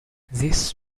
this